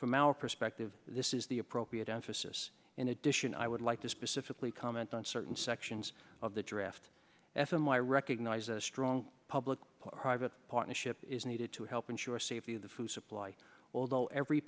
from our perspective this is the appropriate emphasis in addition i would like to specifically comment on certain sections of the draft f m i recognize a strong public private partnership is needed to help ensure safety of the food supply although every